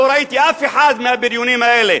לא ראיתי אף אחד מהבריונים האלה,